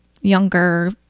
younger